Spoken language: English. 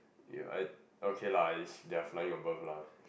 ya I okay lah is they are flying above lah